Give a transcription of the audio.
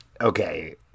okay